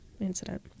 incident